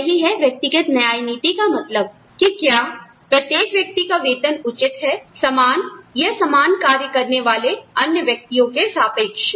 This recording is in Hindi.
तो यही है व्यक्तिगत न्याय नीति का मतलब की क्या प्रत्येक व्यक्ति का वेतन उचित है समान या समान कार्य करने वाले अन्य व्यक्तियों के सापेक्ष